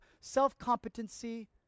self-competency